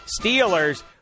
Steelers